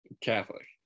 catholic